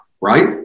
right